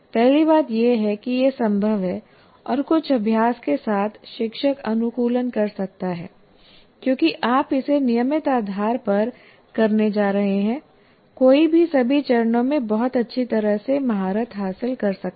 पहली बात यह है कि यह संभव है और कुछ अभ्यास के साथ शिक्षक अनुकूलन कर सकता है क्योंकि आप इसे नियमित आधार पर करने जा रहे हैं कोई भी सभी चरणों में बहुत अच्छी तरह से महारत हासिल कर सकता है